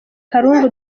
karungu